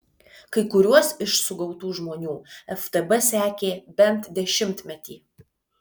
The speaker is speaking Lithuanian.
kai kuriuos iš sugautų žmonių ftb sekė bent dešimtmetį